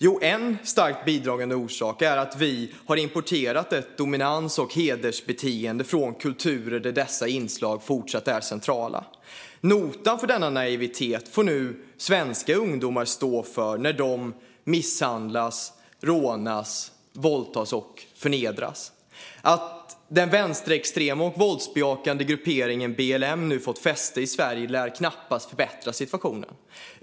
Jo, en starkt bidragande orsak är att vi har importerat ett dominans och hedersbeteende från kulturer där dessa inslag fortfarande är centrala. Notan för denna naivitet får nu svenska ungdomar stå för när de misshandlas, rånas, våldtas och förnedras. Att den vänsterextrema och våldsbejakande grupperingen BLM nu fått fäste i Sverige lär knappast förbättra situationen.